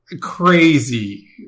crazy